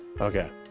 okay